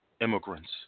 immigrants